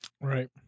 Right